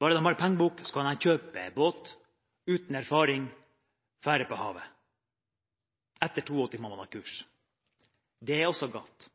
Bare de har pengebok, kan de kjøpe båt uten erfaring og dra på havet. Er man født etter 1982, må man ha kurs. Det er også galt.